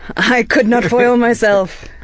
i could not foil myself.